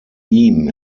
ihm